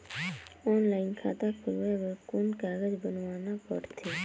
Online खाता खुलवाय बर कौन कागज बनवाना पड़थे?